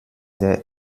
der